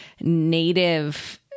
native